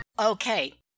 Okay